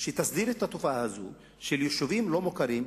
שתסדיר את התופעה הזו של יישובים לא-מוכרים,